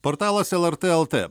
portalas lrt lt